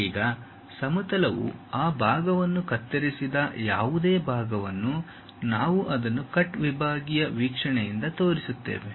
ಈಗ ಸಮತಲವು ಆ ಭಾಗವನ್ನು ಕತ್ತರಿಸಿದ ಯಾವುದೇ ಭಾಗವನ್ನು ನಾವು ಅದನ್ನು ಕಟ್ ವಿಭಾಗೀಯ ವೀಕ್ಷಣೆಯಿಂದ ತೋರಿಸುತ್ತೇವೆ